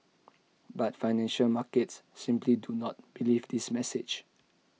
but financial markets simply do not believe this message